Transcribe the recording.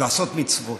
לעשות מצוות.